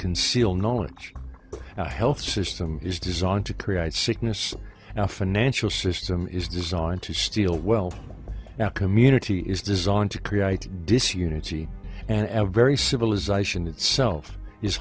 conceal knowledge a health system is designed to create sickness and a financial system is designed to steal well now community is designed to create disunity and every civilization itself is